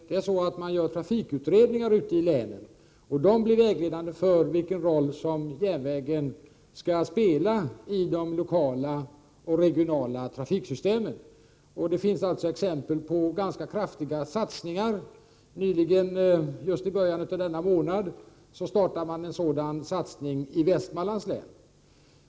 Det görs trafikutredningar i länen och dessa utredningar blir vägledande för vilken roll järnvägen skall spela i de lokala och regionala trafiksystemen. Exempel finns också på ganska kraftiga satsningar. I början av denna månad görs en sådan satsning i Västmanlands län.